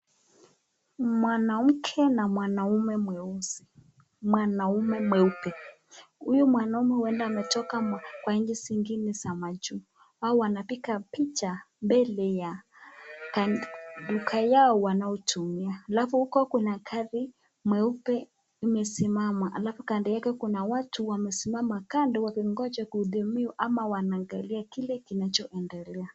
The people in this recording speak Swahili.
Mwanamke na mwanaume mweusi mwanaume mweupe. Huyo mwanaume huenda ametoka kwa nchi zingine za majuu. Wao wanapiga picha mbele ya duka yao wanayotumia. Alafu huko kuna gari meupe imesimama. Alafu kando yake kuna watu wamesimama kando wakingoja kuhudumiwa ama wanaangalia kile kinachoendelea.